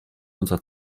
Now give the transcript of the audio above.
unsere